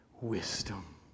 wisdom